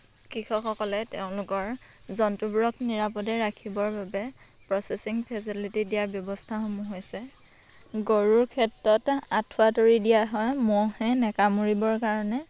কৃষকসকলে তেওঁলোকৰ জন্তুবোৰক নিৰাপদে ৰাখিবৰ বাবে প্ৰ'চেচিং ফেচিলিটি দিয়া ব্যৱস্থাসমূহ হৈছে গৰুৰ ক্ষেত্ৰত আঁঠুৱা তৰি দিয়া হয় মহে নাকামোৰিবৰ কাৰণে